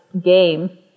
game